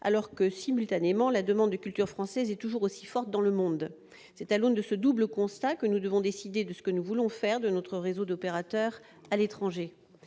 alors que, simultanément, la demande de culture française est toujours aussi forte dans le monde. C'est à l'aune de ce double constat que nous devons décider ce que nous voulons faire de notre réseau d'opérateurs à l'étranger.